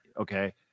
okay